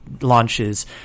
launches